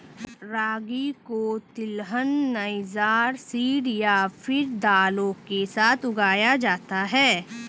रागी को तिलहन, niger seed या फिर दालों के साथ उगाया जाता है